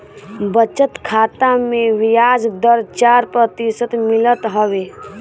बचत खाता में बियाज दर चार प्रतिशत मिलत हवे